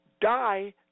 die